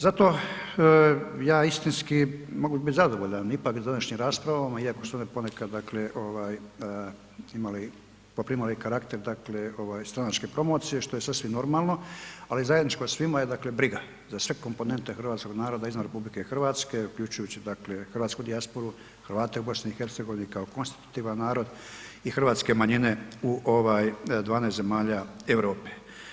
Zato ja istinski mogu biti zadovoljan ipak s današnjim raspravama iako su one ponekad dakle imale, poprimale karakter dakle stranačke promocije, što je sasvim normalno, ali zajedničko svima je dakle briga za sve komponente hrvatskog naroda izvan RH uključujući dakle hrvatsku dijasporu, Hrvate u BiH kao konstitutivan narod i hrvatske manjine u 12 zemalja Europe.